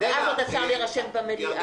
אז עוד אפשר להירשם במליאה.